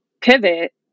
pivot